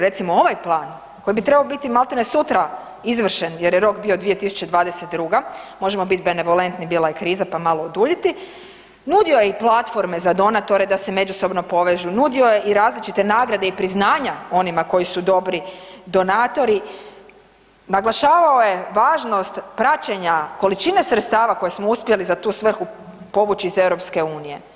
Recimo ovaj plan koji bi trebao biti maltene sutra izvršen jer je rok bio 2022., možemo biti benevolentni bila je kriza pa malo oduljiti, nudio je i platforme za donatore da se međusobno povežu, nudio je i različite nagrade i priznanja onima koji su dobri donatori, naglašavao je važnost praćenja količine sredstava koje smo uspjeli za tu svrhu povući iz EU.